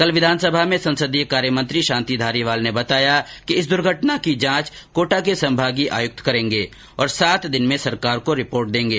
कल विधानसभा में संसदीय कार्य मंत्री शांति धारीवाल ने बताया कि इस दुर्घटना की जांच कोटा के संभागीय आयुक्त करेंगे और सात दिन में सरकार को रिपोर्ट देंगे